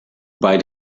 bei